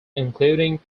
including